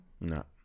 No